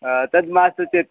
तद् मास्तु चेत्